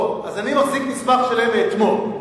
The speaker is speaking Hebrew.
טוב, אז אני מחזיק מסמך שלהם מאתמול,